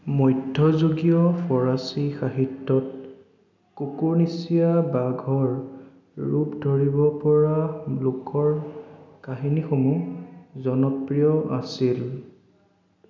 মধ্যযুগীয় ফৰাচী সাহিত্যত কুকুৰনেচীয়া বাঘৰ ৰূপ ধৰিব পৰা লোকৰ কাহিনীসমূহ জনপ্ৰিয় আছিল